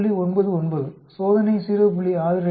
99 சோதனை 0